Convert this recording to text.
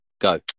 Go